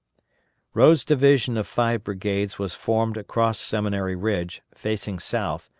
rodes' division of five brigades was formed across seminary ridge, facing south,